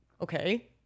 okay